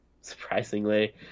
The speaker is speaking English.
surprisingly